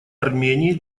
армении